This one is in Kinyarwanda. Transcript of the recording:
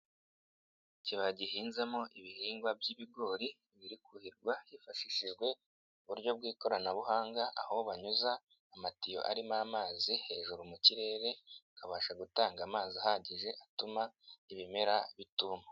Ikibaya gihinzemo ibihingwa by'ibigori, biri kuhirwa hifashishijwe uburyo bw'ikoranabuhanga, aho banyuza amatiyo arimo amazi hejuru mu kirere, akabasha gutanga amazi ahagije, atuma ibimera bituma.